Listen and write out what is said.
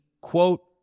quote